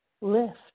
lift